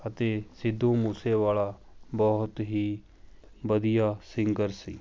ਅਤੇ ਸਿੱਧੂ ਮੂਸੇਵਾਲਾ ਬਹੁਤ ਹੀ ਵਧੀਆ ਸਿੰਗਰ ਸੀ